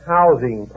Housing